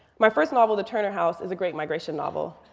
my first novel the turner house is a great migration novel.